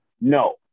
no